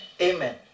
Amen